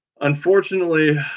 Unfortunately